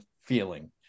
feeling